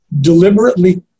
deliberately